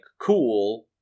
cool